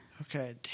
Okay